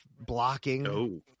blocking